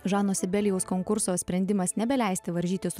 žano sibelijaus konkurso sprendimas nebeleisti varžytis